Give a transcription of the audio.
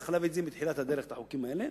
היא יכלה להביא מתחילת הדרך את החוקים האלה,